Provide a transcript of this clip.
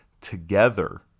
together